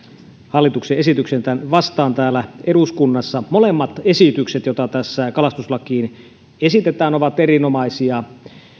hallituksen esityksen vastaan täällä eduskunnassa molemmat esitykset joita tässä kalastuslakiin esitetään ovat erinomaisia